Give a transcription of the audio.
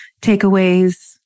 takeaways